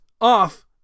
off